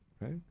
Right